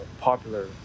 popular